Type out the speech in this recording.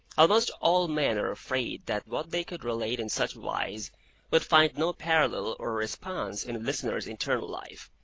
almost all men are afraid that what they could relate in such wise would find no parallel or response in a listener's internal life,